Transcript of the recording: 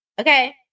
Okay